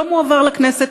לא מועבר לכנסת,